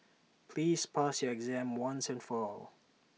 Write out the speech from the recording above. please pass your exam once and for all